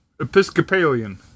Episcopalian